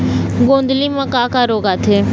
गोंदली म का का रोग आथे?